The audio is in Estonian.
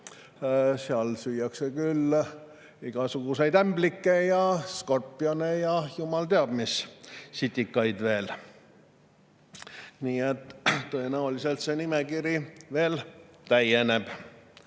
seal süüakse küll igasuguseid ämblikke ja skorpione ja jumal teab mis sitikaid veel. Nii et tõenäoliselt see nimekiri veel täieneb.